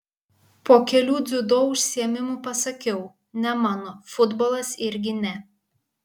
po kelių dziudo užsiėmimų pasakiau ne mano futbolas irgi ne